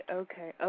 okay